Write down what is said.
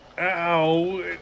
Ow